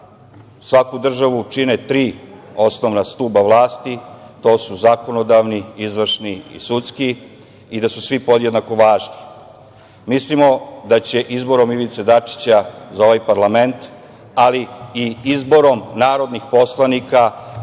svaku državu čine tri osnovna stuba vlasti, a to su zakonodavni, izvršni i sudski i da su svi podjednako važni. Mislimo da će izborom Ivice Dačića za ovaj parlament ali i izborom narodnih poslanika,